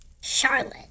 Charlotte